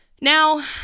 Now